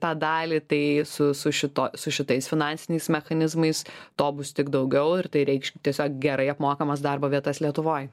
tą dalį tai su su šituo su šitais finansiniais mechanizmais to bus tik daugiau ir tai reikš tiesiog gerai apmokamas darbo vietas lietuvoj